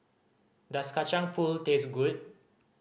does Kacang Pool taste good